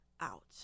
out